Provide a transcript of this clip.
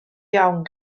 iawn